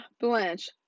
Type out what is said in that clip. Blanche